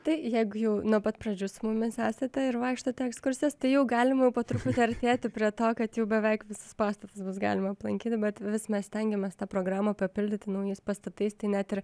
tai jeigu jau nuo pat pradžių su mumis esate ir vaikštote į ekskursijas tai jau galima jau po truputį artėti prie to kad jau beveik visus pastatus bus galima aplankyti bet vis mes stengiamės tą programą papildyti naujais pastatais tai net ir